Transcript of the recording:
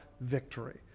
victory